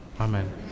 amen